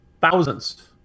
thousands